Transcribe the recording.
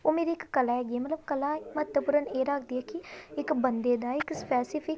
ਉਹ ਮੇਰੀ ਇੱਕ ਕਲਾ ਹੈਗੀ ਆ ਮਤਲਬ ਕਲਾ ਮਹੱਤਵਪੂਰਨ ਇਹ ਰੱਖਦੀ ਹੈ ਕਿ ਇੱਕ ਬੰਦੇ ਦਾ ਇੱਕ ਸਪੈਸੀਫਿਕ